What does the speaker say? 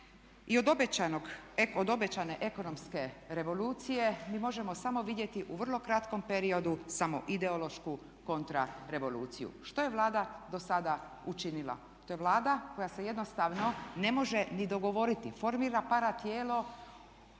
i od obećane ekonomske revolucije mi možemo samo vidjeti u vrlo kratkom periodu samo ideološku kontra revoluciju. Što je Vlada do sada učinila? To je Vlada koja se jednostavno ne može ni dogovoriti, formira para tijelo